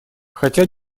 хотя